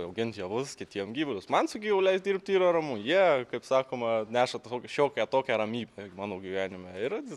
auginti javus kitiem gyvulius man su gyvuliais dirbti yra ramu jie kaip sakoma neša tau šiokią tokią ramybę mano gyvenime ir